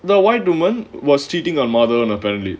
the white woman was cheating on madhavan apparently